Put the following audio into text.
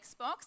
Xbox